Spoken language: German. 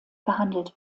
behandelt